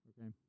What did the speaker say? okay